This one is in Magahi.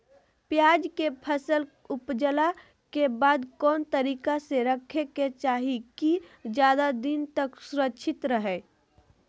प्याज के फसल ऊपजला के बाद कौन तरीका से रखे के चाही की ज्यादा दिन तक सुरक्षित रहय?